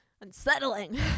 Unsettling